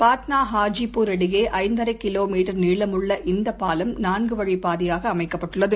பாட்னாஹஜிபூரடையேஐந்தரைகிமீட்டர் நீளமுள்ள இந்தப் பாலம் நான்குவழிப்பாதையாகஅமைக்கப்பட்டுள்ளது